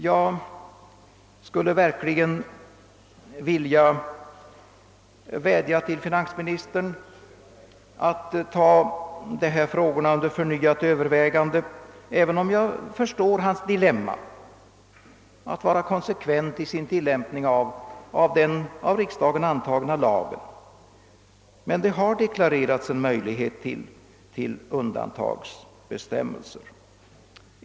Jag skulle verkligen vilja vädja till finansministern att ta dessa frågor under förnyat övervägande, även om jag förstår hans dilemma vid kravet att vara konsekvent i sin tilllämpning av den av riksdagen antagna lagen. Men det har dock deklarerats en möjlighet till undantagsbestämmelse.